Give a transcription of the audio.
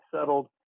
settled